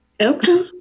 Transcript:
Okay